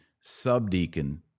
Subdeacon